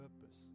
purpose